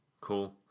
cool